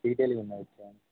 ీటెల్లు ఉంద వచ్చను